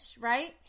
right